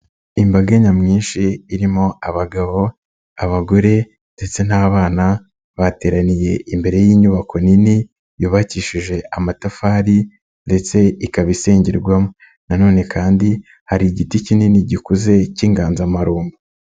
Imbaga nyamwinshi irimo abagabo, abagore ndetse n'abana bateraniye imbere y'inyubako nini yubakishije amatafari ndetse ikaba isengerwamo na none kandi hari igiti kinini gikuze cy'inganzamarumbo.